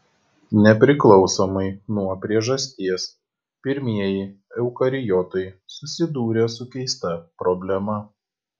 nepriklausomai nuo priežasties pirmieji eukariotai susidūrė su keista problema